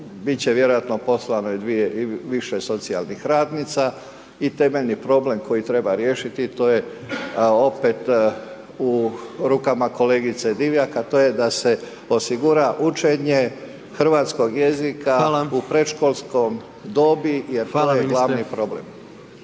će vjerojatno poslano dvije ili više socijalnih radnica i temeljni problem koji treba riješiti, to je opet u rukama kolegice Divjak, a to je da se osigura učenje hrvatskog jezika u predškolskoj dobi, jer to je glavni problem.